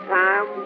time